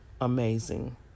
amazing